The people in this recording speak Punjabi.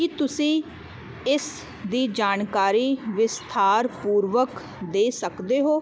ਕੀ ਤੁਸੀਂ ਇਸ ਦੀ ਜਾਣਕਾਰੀ ਵਿਸਥਾਰ ਪੂਰਵਕ ਦੇ ਸਕਦੇ ਹੋ